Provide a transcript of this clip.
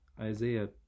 Isaiah